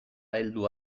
heldu